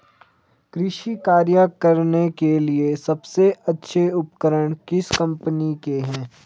कृषि कार्य करने के लिए सबसे अच्छे उपकरण किस कंपनी के हैं?